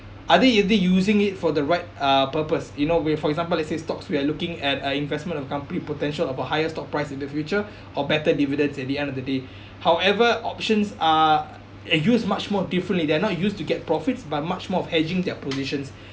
are they either using it for the right uh purpose you know we for example let's say stocks we're looking at uh investment of company potential of a highest top price in the future or better dividends at the end of the day however options are and use much more differently they are not used to get profits but much more of hedging their positions